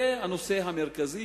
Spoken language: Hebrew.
זה הנושא המרכזי,